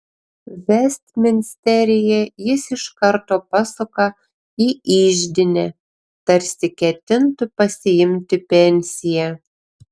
vestminsteryje jis iš karto pasuka į iždinę tarsi ketintų pasiimti pensiją